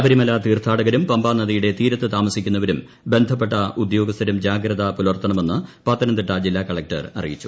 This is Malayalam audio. ശബരിമല തീർഥാടകരും പമ്പാ നദിയുടെ തീരത്ത് താമസിക്കുന്നവരും എബ്ന്ധപ്പെട്ട ഉദ്യോഗസ്ഥരും ജാഗ്രത പുലർത്തണമെന്ന് പത്തനംതിട്ടിട്ട് ജില്ലാ കളക്ടർ അറിയിച്ചു